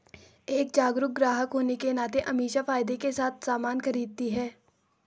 एक जागरूक ग्राहक होने के नाते अमीषा फायदे के साथ सामान खरीदती है